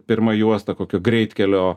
pirma juosta kokio greitkelio